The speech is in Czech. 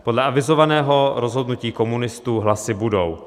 Podle avizovaného rozhodnutí komunistů hlasy budou.